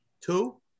Two